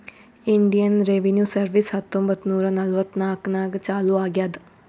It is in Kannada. ಇಂಡಿಯನ್ ರೆವಿನ್ಯೂ ಸರ್ವೀಸ್ ಹತ್ತೊಂಬತ್ತ್ ನೂರಾ ನಲ್ವತ್ನಾಕನಾಗ್ ಚಾಲೂ ಆಗ್ಯಾದ್